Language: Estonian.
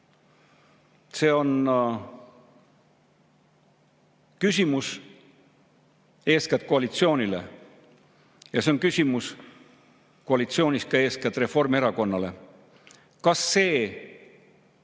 See on küsimus eeskätt koalitsioonile ja see on küsimus koalitsioonis eeskätt Reformierakonnale. Kas see